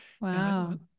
Wow